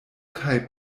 kaj